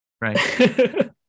right